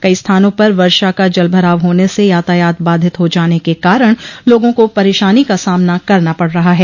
कई स्थानों पर वर्षा का जल भराव होने से यातायात बाधित हो जाने के कारण लोगों को परेशानी का सामना करना पड़ रहा है